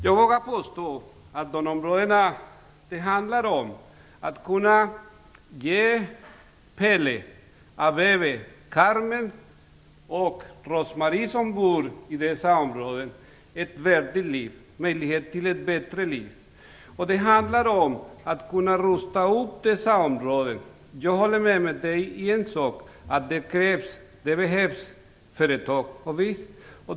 Jag vågar påstå att det handlar om att ge Pelle, Aveve, Carmen och Rosemarie som bor i dessa områden möjlighet till ett värdigt och bättre liv. Det handlar om att kunna rusta upp dessa områden. Jag håller med Knut Billing om en sak, att det behövs företag, visst.